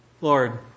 Lord